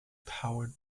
powered